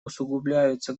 усугубляются